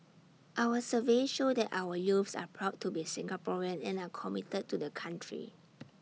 our surveys show that our youths are proud to be Singaporean and are committed to the country